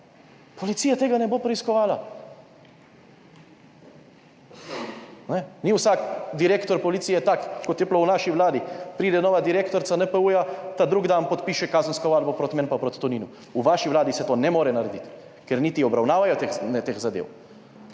Policija tega ne bo preiskovala. Ni vsak direktor policije tak, kot je bilo v naši vladi, pride nova direktorica NPU, ta drug dan podpiše kazensko ovadbo proti meni, pa proti Toninu. V vaši Vladi se to ne more narediti, ker niti obravnavajo teh zadev.